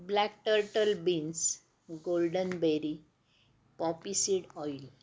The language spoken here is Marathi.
black turtle beans goldenberry poppyseed oil